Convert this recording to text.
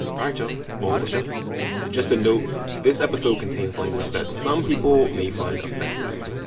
all right, y'all, on with the show just a note, this episode contains language that some people may find offensive